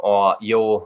o jau